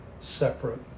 separate